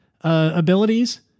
abilities